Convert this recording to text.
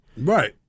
Right